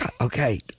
Okay